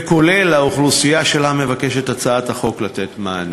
וכולל לאוכלוסייה שהצעת החוק מבקשת לתת לה מענה.